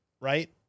right